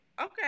okay